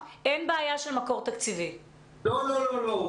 לא, לא.